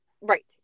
Right